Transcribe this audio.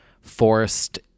forced